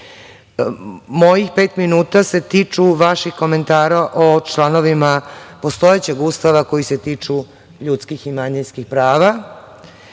pet minuta se tiču vaših komentara o članovima postojećeg Ustava koji se tiču ljudskih i manjinskih prava.